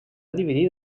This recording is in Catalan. dividit